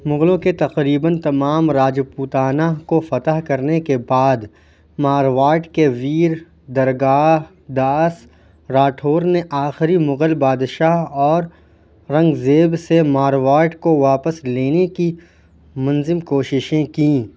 مغلوں کے تقریباً تمام راجپوتانہ کو فتح کرنے کے بعد مارواڈ کے ویر درگاہ داس راٹھوڑ نے آخری مغل بادشاہ اور اورنگزیب سے مارواڈ کو واپس لینے کی منظم کوششیں کیں